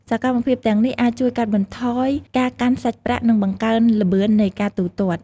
សកម្មភាពទាំងនេះ អាចជួយកាត់បន្ថយការកាន់សាច់ប្រាក់ និងបង្កើនល្បឿននៃការទូទាត់។